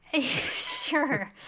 Sure